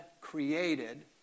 created